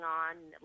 on